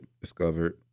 discovered